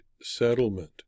settlement